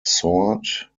soared